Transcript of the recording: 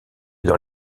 dans